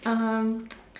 um